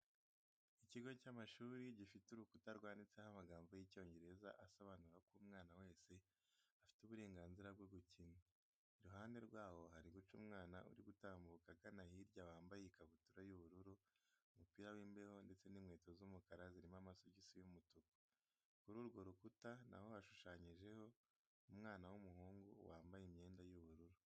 Ikigo cy'amashuri gifite urukuta rwanditseho amagambo y'Icyongereza asobanura ko umwana wese afite uburengazira bwo gukina. Iruhande rwaho hari guca umwana uri gutambuka agana hirya wambaye ikabutura y'ubururu, umupira w'imbeho ndetse n'inkweto z'umukara zirimo amasogisi y'umutuku. Kuri urwo rukuta na ho hashushanyije umwana w'umuhungu wambaye imyenda y'ubururu.